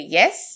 yes